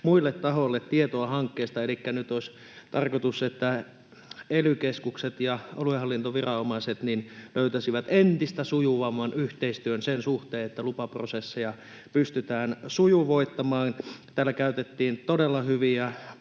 muille tahoille tietoa hankkeesta. Elikkä nyt olisi tarkoitus, että ely-keskukset ja aluehallintoviranomaiset löytäisivät entistä sujuvamman yhteistyön sen suhteen, että lupaprosesseja pystytään sujuvoittamaan. Täällä käytettiin todella hyviä